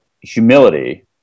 humility